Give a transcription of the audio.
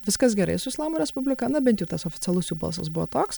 viskas gerai su islamo respublika na bent jau tas oficialus jų balsas buvo toks